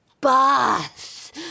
boss